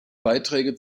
beiträge